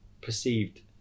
perceived